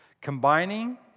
Combining